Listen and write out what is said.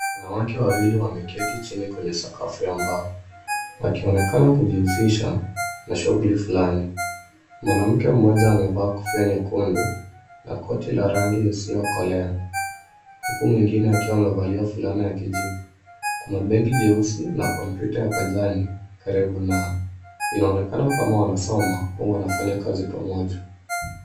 Wanawake wawili wameketi chini kwenye sakafu ya mbao wakionekana kujihusisha na shughuli fulani. Mwanamke mmoja amevaa kofia nyekundu la koti la rangi isiyokolea huku mwingine akiwa amevalia fulana ya kijivu. Kuna begi jeusi na kompyuta ya pajani kaaribu nao. Iinaonekana kwa wanasomo ua wnafanya kazi pamoja.